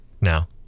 now